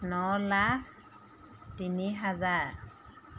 ন লাখ তিনি হাজাৰ